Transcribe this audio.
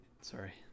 Sorry